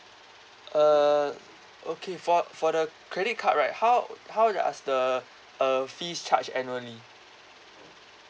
uh okay for for the credit card right how how the as the uh fees charge annually